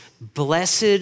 blessed